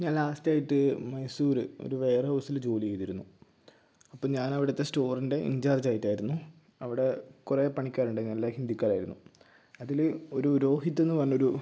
ഞാൻ ലാസ്റ്റ് ആയിട്ട് മൈസൂര് ഒരു വെയർ ഹൗസിൽ ജോലി ചെയ്തിരുന്നു അപ്പം ഞാൻ അവിടുത്തെ സ്റ്റോറിന്റെ ഇൻചാർജ് ആയിട്ടായിരുന്നു അവിടെ കുറേ പണിക്കാർ ഉണ്ട് എല്ലാം ഹിന്ദിക്കാരായിരുന്നു അതിൽ ഒരു രോഹിത് എന്ന് പറഞ്ഞ ഒരു